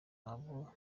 abo